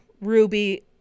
ruby